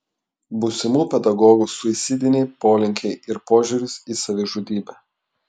būsimų pedagogų suicidiniai polinkiai ir požiūris į savižudybę